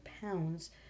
pounds